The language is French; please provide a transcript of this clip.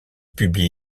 publie